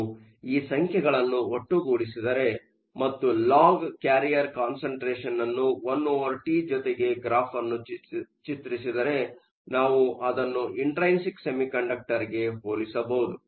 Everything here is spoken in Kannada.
ನಾವು ಈ ಸಂಖ್ಯೆಗಳನ್ನು ಒಟ್ಟುಗೂಡಿಸಿದರೆ ಮತ್ತು ಲಾಗ್ ಕ್ಯಾರಿಯರ್ ಕಾನ್ಸಂಟ್ರೆಷನ್ ಅನ್ನು ಒನ್ ಒವರ್ ಟಿ1T ಜೊತೆಗೆ ಗ್ರಾಫ್ ಅನ್ನು ಚಿತ್ರಿಸಿದರೆ ನಾವು ಅದನ್ನು ಇಂಟ್ರೈನ್ಸಿಕ್ ಸೆಮಿಕಂಡಕ್ಟರ್ಗೆ ಹೋಲಿಸಬಹುದು